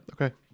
Okay